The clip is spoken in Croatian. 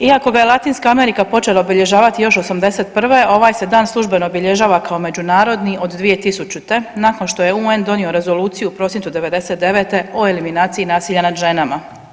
Iako ga je Latinska Amerika počela obilježavati još '81. ovaj se dan službeno obilježava kao međunarodni od 2000. nakon što je UN donio rezoluciju u prosincu '99. o eliminaciji nasilja nad ženama.